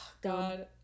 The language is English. God